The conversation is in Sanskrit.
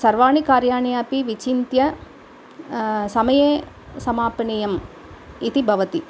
सर्वाणि कार्याणि अपि विचिन्त्य समये समापनीयं इति भवति